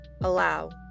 allow